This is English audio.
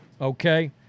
okay